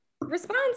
response